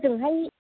होजोंहाय